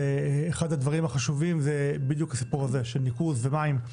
ואחד הדברים החשובים הוא בדיוק הסיפור הזה של ניקוז מים.